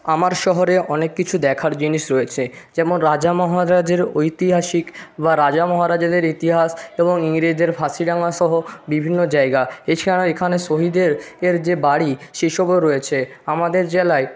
আমার শহরে অনেক কিছু দেখার জিনিস রয়েছে যেমন রাজা মহারাজের ঐতিহাসিক বা রাজা মহারাজাদের ইতিহাস এবং ইংরেজের ফাঁসিডাঙ্গাসহ বিভিন্ন জায়গা এছাড়া এখানে শহীদের এর যে বাড়ি সেসবও রয়েছে আমাদের জেলায়